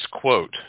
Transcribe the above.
quote